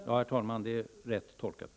Herr talman! Det är rätt tolkat.